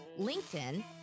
LinkedIn